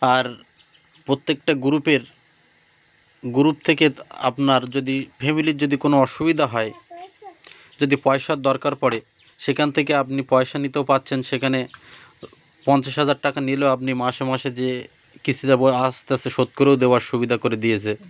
আর প্রত্যেকটা গ্রুপের গ্রুপ থেকে আপনার যদি ফ্যামিলির যদি কোনো অসুবিধা হয় যদি পয়সার দরকার পড়ে সেখান থেকে আপনি পয়সা নিতেও পাচ্ছেন সেখানে পঞ্চাশ হাজার টাকা নিলেও আপনি মাসে মাসে যে কৃষিরা বই আস্তে আস্তে শোধ করেও দেওয়ার সুবিধা করে দিয়েছে